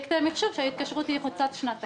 בתוכנית הזאת מתוקצבות הפעילויות להכנת עורף מדינת